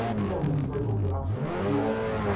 again, we use virtual production to do all that.